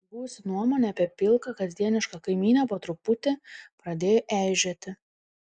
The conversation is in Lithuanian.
buvusi nuomonė apie pilką kasdienišką kaimynę po truputį pradėjo eižėti